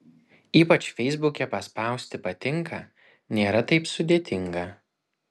ypač feisbuke paspausti patinka nėra taip sudėtinga